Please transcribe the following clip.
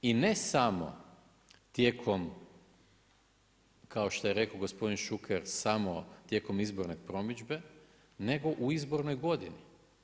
I ne samo tijekom kao što je rekao gospodin Šuker samo tijekom izborne promidžbe, nego u izbornoj godini.